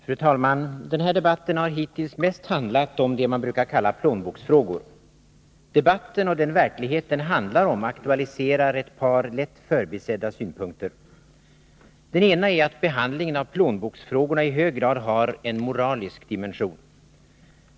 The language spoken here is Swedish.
Fru talman! Den här debatten har hittills mest handlat om vad som brukar kallas plånboksfrågor. Debatten och den verklighet den handlar om aktualiserar ett par lätt förbisedda synpunkter. Den ena är att behandlingen av plånboksfrågorna i hög grad har en moralisk dimension.